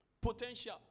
Potential